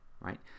right